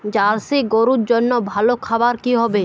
Jersey গরুর জন্য ভালো খাবার কি হবে?